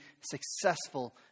successful